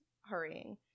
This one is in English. hurrying